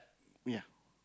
ya